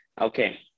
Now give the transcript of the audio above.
okay